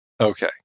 Okay